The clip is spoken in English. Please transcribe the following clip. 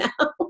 now